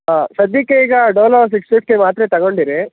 ಹಾಂ ಸದ್ದಿಕ್ಕೆ ಈಗ ಡೋಲೋ ಸಿಕ್ಸ್ ಫಿಫ್ಟಿ ಮಾತ್ರೆ ತಗೊಂಡಿರಿ